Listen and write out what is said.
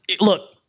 look